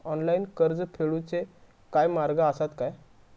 Online कर्ज फेडूचे काय मार्ग आसत काय?